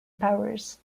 powers